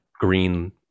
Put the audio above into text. green